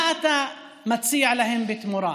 מה אתה מציע להם בתמורה?